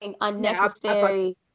unnecessary